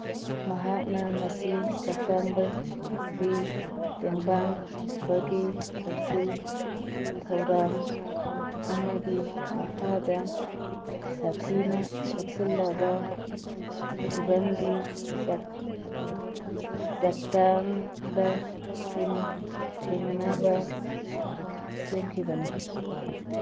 ꯃꯍꯥꯛꯅ ꯃꯁꯤ ꯆꯛꯇꯥꯡꯕꯒꯤ ꯇꯦꯡꯕꯥꯡꯕꯒꯤ ꯊꯧꯁꯤꯜ ꯊꯧꯔꯥꯡ ꯑꯃꯒꯤ ꯃꯈꯥꯗ ꯁꯥꯊꯤꯅ ꯁꯣꯛꯆꯤꯜꯂꯕ ꯐꯤꯕꯝꯒꯤ ꯆꯛꯇꯥꯡꯕꯁꯤꯡ ꯊꯦꯡꯅꯅꯕ ꯁꯦꯝꯈꯤꯕꯅꯤ